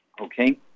Okay